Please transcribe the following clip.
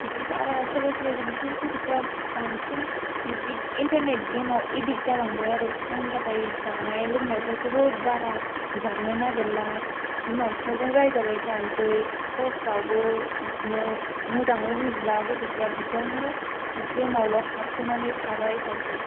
बिदि बारा सोरबा सोरबा आरो बिदिनो गथ'फ्रा बांसिन बिदि इन्टारनेट गेमाव एडिक्ट जालांबाय आरो जायनि थाखाय जानाय लोंनायफोरखौबो बारा जानो नागिरला बिमा फिफाजों रायजाबाय थानोसै हरफ्रावबो बिदिनो मोजाङै उन्दुला गथ'फ्रा बिदियावनो गेमावल' हाबसोनानै थाबाय थानोसै